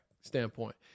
standpoint